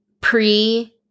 pre